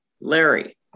Larry